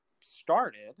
started